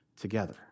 together